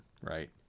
right